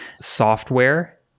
software